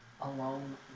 alone